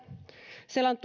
siellä on